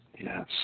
Yes